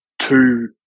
two